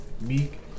Meek